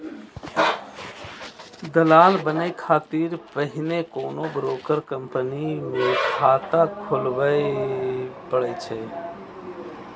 दलाल बनै खातिर पहिने कोनो ब्रोकर कंपनी मे खाता खोलबय पड़ै छै